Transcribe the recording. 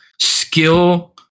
skill